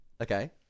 Okay